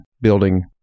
building